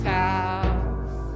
house